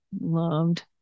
loved